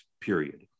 period